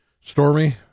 Stormy